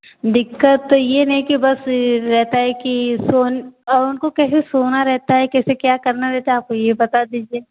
दिक्कत तो यह नहीं कि बस रहता है कि सोन उनको कैसे सोना रहता है कैसे क्या करना रहता है आपको यह बता दीजिए